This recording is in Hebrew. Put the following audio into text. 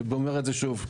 אני אומר את זה שוב.